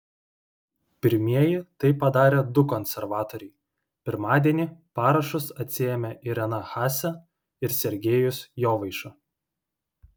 pirmieji tai padarė du konservatoriai pirmadienį parašus atsiėmė irena haase ir sergejus jovaiša